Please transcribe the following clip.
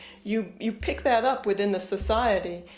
you you pick that up within the society.